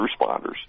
responders